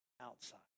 outside